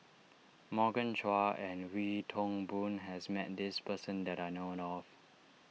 Morgan Chua and Wee Toon Boon has met this person that I known of